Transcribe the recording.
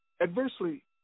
adversely